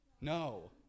No